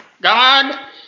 God